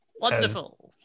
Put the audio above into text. Wonderful